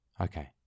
Okay